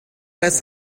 else